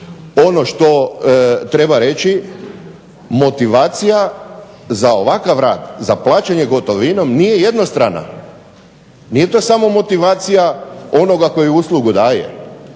ono što treba reći, motivacija za ovakav rad za plaćanje gotovinom nije jednostrana, nije to samo motivacija onoga koji uslugu daje.